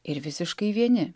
ir visiškai vieni